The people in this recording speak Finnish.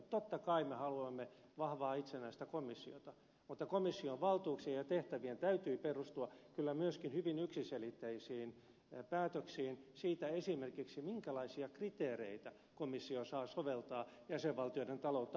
totta kai me haluamme vahvaa itsenäistä komissiota mutta komission valtuuksien ja tehtävien täytyy perustua kyllä myöskin hyvin yksiselitteisiin päätöksiin esimerkiksi siitä minkälaisia kriteereitä komissio saa soveltaa jäsenvaltioiden taloutta arvostellessaan